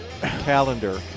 calendar